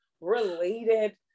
related